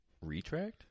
retract